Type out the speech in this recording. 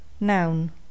Noun